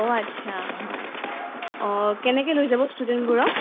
অঁ আচ্ছা হয় অঁ কেনেকৈ লৈ যাব ষ্টুডেণ্টবোৰক